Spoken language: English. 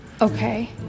Okay